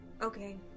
Okay